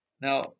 Now